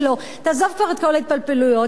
תעזוב כבר את כל ההתפלפלויות האלה.